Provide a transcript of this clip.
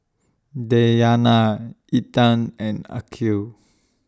Dayana Intan and Aqil